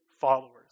followers